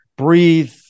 breathe